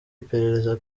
iperereza